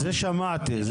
את שמעתי.